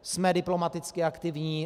Jsme diplomaticky aktivní.